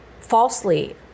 falsely